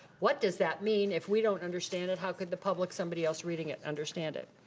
what does that mean if we don't understand it, how could the public, somebody else reading it, understand it?